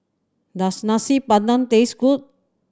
does Nasi Padang taste good